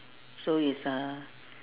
so it's uh